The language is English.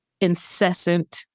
incessant